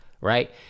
right